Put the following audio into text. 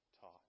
taught